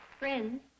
Friends